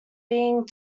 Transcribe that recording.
being